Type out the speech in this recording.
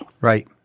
Right